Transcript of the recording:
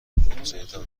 بودجهتان